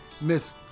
miss